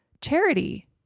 charity